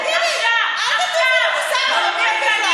אתה יודע מה, לא קראת את החוק.